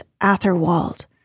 Atherwald